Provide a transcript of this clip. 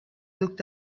looked